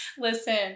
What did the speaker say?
Listen